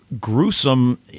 gruesome